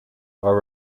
are